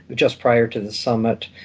just prior to the summit,